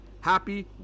Happy